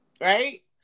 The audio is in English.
Right